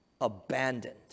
abandoned